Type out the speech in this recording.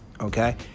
Okay